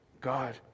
God